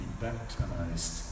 baptized